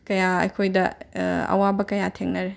ꯀꯌꯥ ꯑꯩꯈꯣꯏꯗ ꯑꯋꯥꯕ ꯀꯌꯥ ꯊꯦꯡꯅꯔꯦ